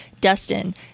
Dustin